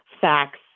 facts